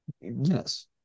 Yes